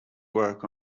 work